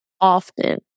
often